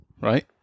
right